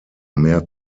mehr